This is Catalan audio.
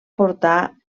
portar